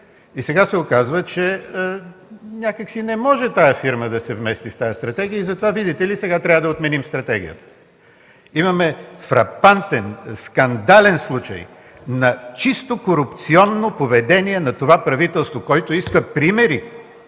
Сега се оказва, че някак си тази фирма не може да се вмести в тази стратегия, затова, видите ли – трябва да отменим стратегията. Имаме фрапантен, скандален случай на чисто корупционно поведение на това правителство! Който иска примери